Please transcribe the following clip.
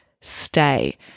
stay